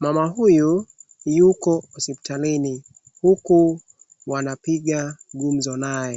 Mama huyu yuko hospitalini huku wanapiga gumzo naye.